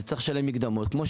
כמו,